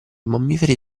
mammiferi